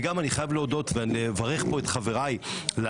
וגם אני חייב להודות ולברך פה את חבריי לאופוזיציה.